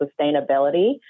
sustainability